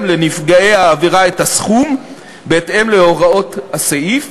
לנפגעי העבירה את הסכום בהתאם להוראות הסעיף,